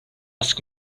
ask